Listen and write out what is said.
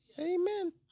Amen